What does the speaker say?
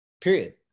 period